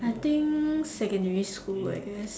I think secondary school I guess